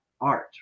art